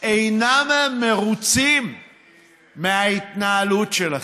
אינם מרוצים מההתנהלות שלכם,